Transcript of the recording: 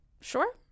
Sure